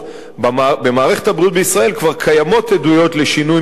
במערכת הבריאות בישראל כבר קיימות עדויות לשינוי מגמה,